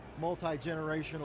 multi-generational